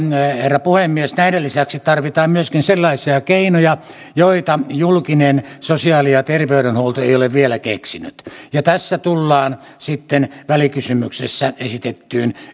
herra puhemies näiden lisäksi tarvitaan myöskin sellaisia keinoja joita julkinen sosiaali ja terveydenhuolto ei ole vielä keksinyt ja tässä tullaan sitten välikysymyksessä esitettyyn